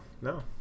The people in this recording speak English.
no